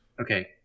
Okay